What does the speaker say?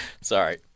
Sorry